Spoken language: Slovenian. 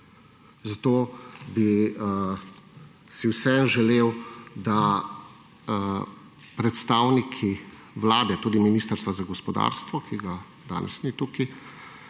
Zato bi si vseeno želel, da predstavniki Vlade, tudi Ministrstva za gospodarstvo, ki ga danes ni tukaj,